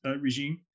regime